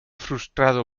frustrado